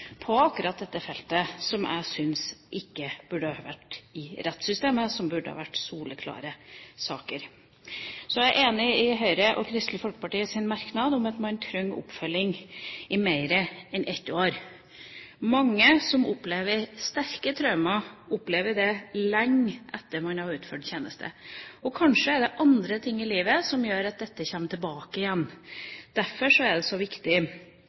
på akkurat dette feltet som jeg syns ikke burde vært i rettssystemet, som burde vært soleklare saker. Jeg er enig i Høyres og Kristelig Folkepartis merknad om at man trenger oppfølging i mer enn ett år. Mange som opplever sterke traumer, opplever det lenge etter utført tjeneste, og kanskje er det andre ting i livet som gjør at dette kommer tilbake igjen. Derfor er det så viktig